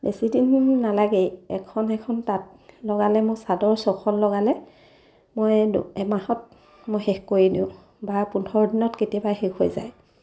বেছিদিন নালাগেই এখন এখন তাঁত লগালে মই চাদৰ ছখন লগালে মই এমাহত মই শেষ কৰি দিওঁ বা পোন্ধৰ দিনত কেতিয়াবা শেষ হৈ যায়